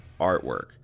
artwork